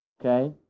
Okay